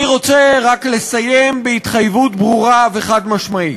אני רוצה רק לסיים בהתחייבות ברורה וחד-משמעית: